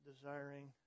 desiring